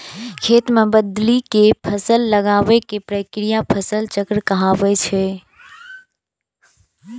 खेत मे बदलि कें फसल लगाबै के क्रिया फसल चक्र कहाबै छै